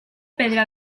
pedra